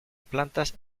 plantas